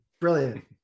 brilliant